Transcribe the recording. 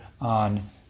on